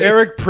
Eric